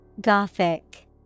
Gothic